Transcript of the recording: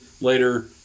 later